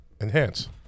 enhance